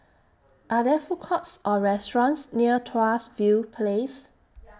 Are There Food Courts Or restaurants near Tuas View Place